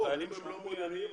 יש חיילים שלא מעוניינים.